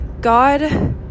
god